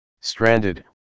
Stranded